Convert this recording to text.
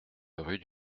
rue